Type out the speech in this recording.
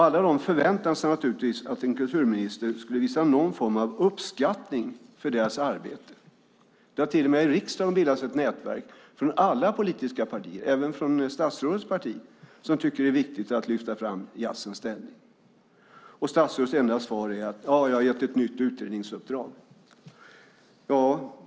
Alla de förväntar sig naturligtvis att en kulturminister skulle visa någon form av uppskattning för deras arbete. Det har till och med i riksdagen bildats ett nätverk från alla politiska partier, även statsrådets parti, som tycker att det är viktigt att lyfta fram jazzens ställning. Och statsrådets enda svar är: Jag har ett nytt utredningsuppdrag.